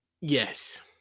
Yes